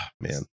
man